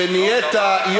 כשנהיית,